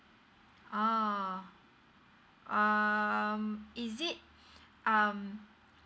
oh uh is it um